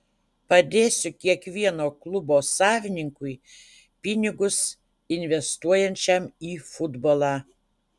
padėsiu kiekvieno klubo savininkui pinigus investuojančiam į futbolą